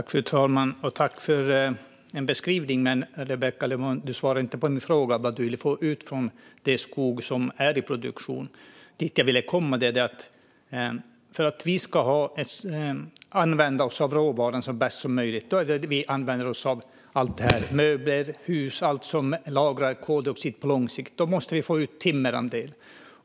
Fru talman! Jag tackar för beskrivningen, men Rebecka Le Moine svarade inte på min fråga om vad hon vill få ut av den skog som är i produktion. För att vi ska använda oss av råvaran så bra som möjligt - till möbler, hus och allt som lagrar koldioxid på lång sikt - måste vi få ut en timmerandel.